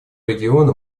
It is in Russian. региона